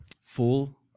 full